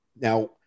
Now